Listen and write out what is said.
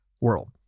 world